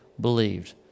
believed